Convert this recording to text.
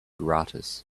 gratis